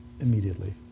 immediately